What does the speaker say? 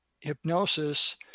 hypnosis